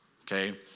okay